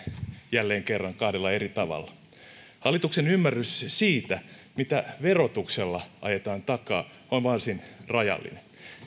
jälleen kerran kahdella eri tavalla hallituksen ymmärrys siitä mitä verotuksella ajetaan takaa on varsin rajallinen